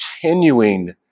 continuing